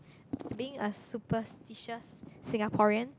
being a superstitious Singaporean